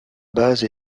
base